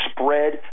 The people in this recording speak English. spread